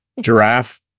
Giraffe